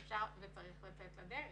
אז אפשר וצריך לצאת לדרך.